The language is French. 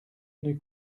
tenu